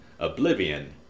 Oblivion